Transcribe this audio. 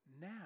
Now